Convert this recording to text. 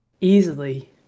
easily